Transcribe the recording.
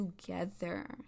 together